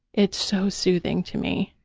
it's so soothing to me,